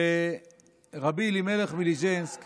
רבי אלימלך מליז'נסק